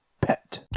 Pet